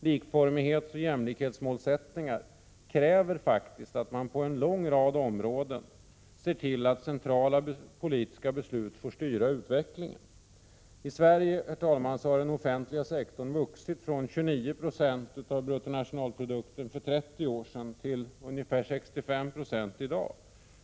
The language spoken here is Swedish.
Likformighetsoch jämlikhetsmålsättningar kräver att man på en lång rad områden ser till att centrala politiska beslut får styra utvecklingen. Herr talman! I Sverige har den offentliga sektorn vuxit från 29 26 av BNP för 30 år sedan till ungefär 65 96 i dag.